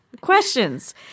Questions